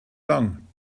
lang